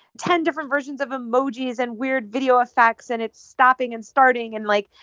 ten different versions of emojis and weird video effects. and it's stopping and starting. and, like,